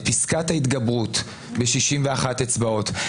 את פסקת ההתגברות ב-61 אצבעות.